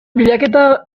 bilaketak